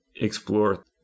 explore